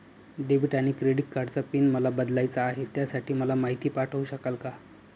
Debit आणि credit कार्डचा PIN मला बदलायचा आहे, त्यासाठी मला माहिती पाठवू शकाल का?